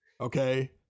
Okay